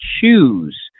choose